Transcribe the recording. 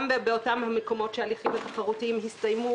גם באותם המקומות שההליכים התחרותיים הסתיימו,